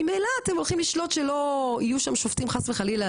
ממילא אתם הולכים לשלוט שלא יהיו שם שופטים חס וחלילה,